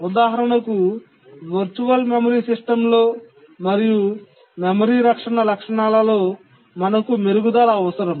ఉదాహరణకు virtual memory system లో మరియు మెమరీ రక్షణ లక్షణాల లో మనకు మెరుగుదల అవసరం